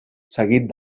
seguit